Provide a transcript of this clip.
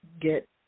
get